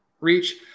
reach